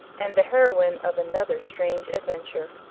and the heroine of another strange adventure.